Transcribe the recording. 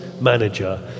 manager